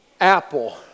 Apple